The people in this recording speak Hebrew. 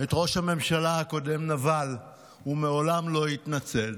את ראש הממשלה הקודם "נבל" ומעולם לא התנצל,